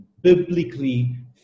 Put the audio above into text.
biblically